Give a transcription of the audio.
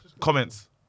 Comments